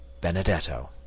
Benedetto